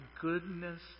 goodness